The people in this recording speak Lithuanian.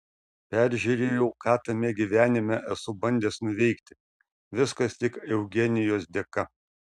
peržiūrėjau ką tame gyvenime esu bandęs nuveikti viskas tik eugenijos dėka